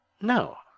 No